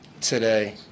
today